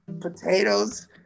potatoes